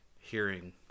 hearing